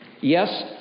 Yes